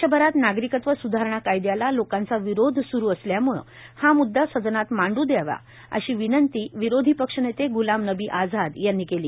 देशभरात नागरिकत्व सुधारणा कायद्याला लोकांचा विरोध सुरू असल्यामुळं हा मुद्दा सदनात मांडू द्यावा अशी विनंती विरोधी पक्षनेते गुलामनबी आझाद यांनी केली